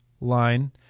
line